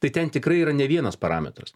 tai ten tikrai yra ne vienas parametras